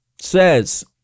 says